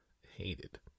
Hated